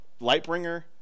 Lightbringer